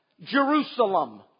Jerusalem